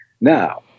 Now